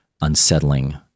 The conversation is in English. unsettling